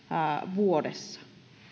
vuodessa